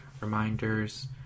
reminders